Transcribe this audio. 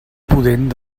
pudent